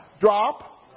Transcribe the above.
drop